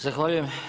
Zahvaljujem.